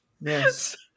Yes